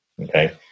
okay